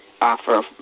offer